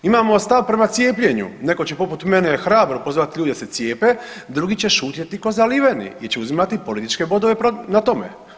Imamo stav prema cijepljenju, netko će poput mene hrabro pozvat ljude da se cijepe, drugi će šutjeti ko' zaliveni, ići uzimati političke bodove na tome.